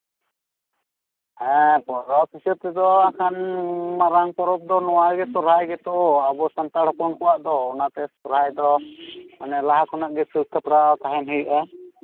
ᱦᱮᱸ ᱯᱚᱨᱚᱵᱽ ᱦᱤᱥᱟᱹᱵ ᱛᱮᱫᱚ ᱦᱟᱸᱜ ᱠᱷᱟᱱ ᱢᱟᱨᱟᱝ ᱯᱚᱨᱚᱵᱽ ᱫᱚ ᱱᱚᱶᱟᱜᱮ ᱥᱚᱨᱦᱟᱭ ᱜᱮᱛᱚ ᱟᱵᱚ ᱥᱟᱱᱛᱟᱲ ᱦᱚᱯᱚᱱ ᱠᱚᱣᱟᱜ ᱫᱚ ᱚᱱᱟᱛᱮ ᱥᱚᱨᱦᱟᱭ ᱫᱚ ᱢᱟᱱᱮ ᱞᱟᱦᱟ ᱠᱷᱚᱱᱟᱜ ᱜᱮ ᱥᱟᱹᱛ ᱥᱟᱯᱲᱟᱣ ᱛᱟᱦᱮᱱ ᱦᱩᱭᱩᱜᱼᱟ